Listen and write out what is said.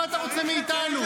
מה אתה רוצה מאיתנו?